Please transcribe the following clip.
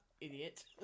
idiot